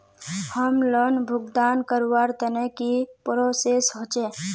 Home loan भुगतान करवार तने की की प्रोसेस होचे?